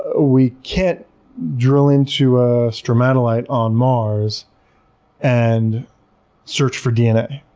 ah we can't drill into a stromatolite on mars and search for dna.